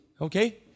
Okay